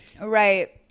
right